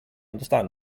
understand